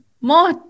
more